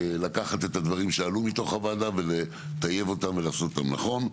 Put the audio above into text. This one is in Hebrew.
לקחת את הדברים שעלו מתוך הוועדה ולטייב אותם ולעשות אותם נכון.